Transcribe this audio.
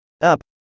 Up